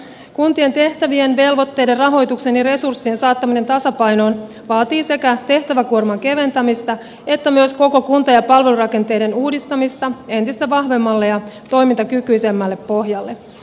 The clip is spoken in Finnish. kuntien tehtävien velvoitteiden rahoituksen ja resurssien saattaminen tasapainoon vaatii sekä tehtäväkuorman keventämistä että myös koko kunta ja palvelurakenteiden uudistamista entistä vahvemmalle ja toimintakykyisemmälle pohjalle